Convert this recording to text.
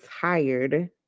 tired